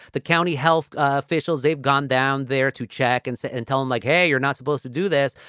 the county health ah officials, they've gone down there to check and see and tell them like, hey, you're not supposed to do this,